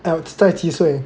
I would start 几岁